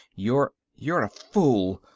your you're a fool!